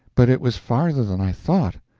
but it was farther than i thought,